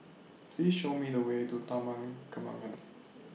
Please Show Me The Way to Taman Kembangan